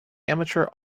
amateur